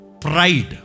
Pride